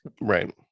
Right